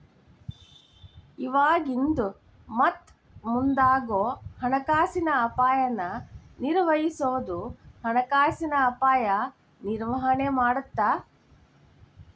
ಇವಾಗಿಂದು ಮತ್ತ ಮುಂದಾಗೋ ಹಣಕಾಸಿನ ಅಪಾಯನ ನಿರ್ವಹಿಸೋದು ಹಣಕಾಸಿನ ಅಪಾಯ ನಿರ್ವಹಣೆ ಮಾಡತ್ತ